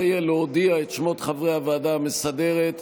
יהיה להודיע את שמות חברי הוועדה המסדרת,